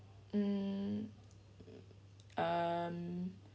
mm um